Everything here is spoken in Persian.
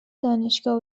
دانشگاه